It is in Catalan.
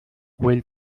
güell